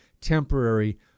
temporary